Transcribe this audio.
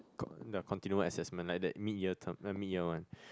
con~ the continual assessment like that mid year term likw mid year one